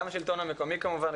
גם השלטון המקומי כמובן,